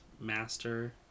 master